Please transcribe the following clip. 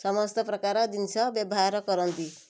ସମସ୍ତ ପ୍ରକାର ଜିନିଷ ବ୍ୟବହାର କରନ୍ତି